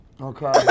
Okay